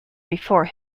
before